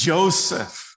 Joseph